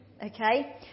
Okay